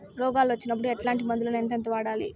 రోగాలు వచ్చినప్పుడు ఎట్లాంటి మందులను ఎంతెంత వాడాలి?